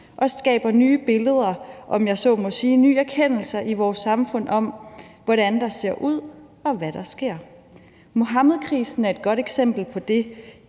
og skaber nye billeder, om jeg så må sige, nye erkendelser i vores samfund om, hvordan der ser ud, og hvad der sker. Muhammedkrisen er et fantastisk godt eksempel på det.